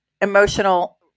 emotional